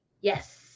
Yes